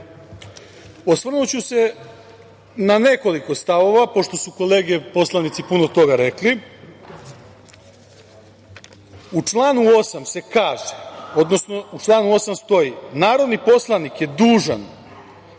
Osvrnuću se na nekoliko stavova, pošto su kolege poslanici puno toga rekli. U članu 8. se kaže, odnosno u članu 8. stoji – narodni poslanik je dužan